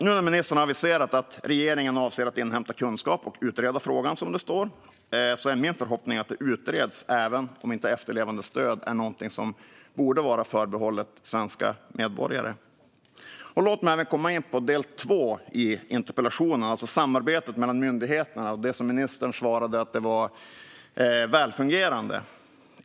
Nu när ministern har aviserat att regeringen avser att inhämta kunskap och utreda frågan, som det står, är min förhoppning att det även utreds om inte efterlevandestöd borde vara förbehållet svenska medborgare. Låt mig även komma in på del två av interpellationen, alltså samarbetet mellan myndigheterna som ministern menar är välfungerande.